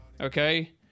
okay